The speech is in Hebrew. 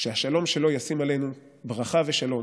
"שהשלום שלו ישים עלינו ברכה, ושלום.